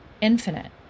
infinite